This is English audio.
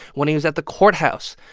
when he was at the courthouse,